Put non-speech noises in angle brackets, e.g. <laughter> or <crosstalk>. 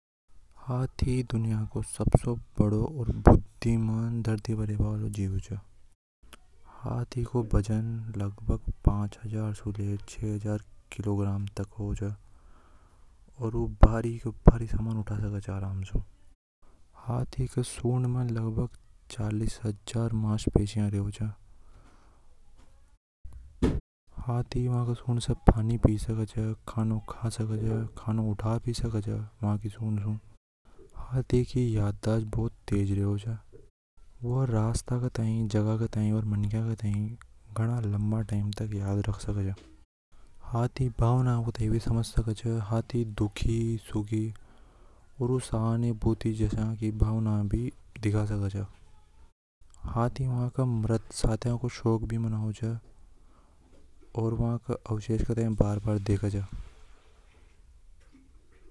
﻿हाथी दुनिया को सबसे बढ़ो और बुद्धिमान धरती पर रेबा वालों जीव छ हाथी को भजनलगभग पांच हजार किलोग्राम तक होवे और वह भारी समान आराम से उठा सके। हाथी के सूंड में लगभग चालीस हजार मांसपेशिया होवे छ हाथी वा की सूंड से पानी पी सके खाना खा सके खाना उठा भी सके हे। <noise> हाथी की याददाश्त बहुत तेज होवे वह <noise> रास्ता का थाई जगह का थाई और मानकाई का थाई। बड़ा लंबा टाइम तक याद रख सके हाथी भावना को भी समझ सकें छ हाथी दुखी सुखी पुरुष सहानुभूति बुद्धि जैसी की भावना भी दिखा सके छ।